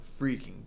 freaking